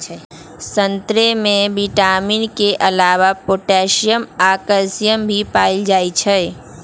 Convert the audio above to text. संतरे में विटामिन के अलावे पोटासियम आ कैल्सियम भी पाएल जाई छई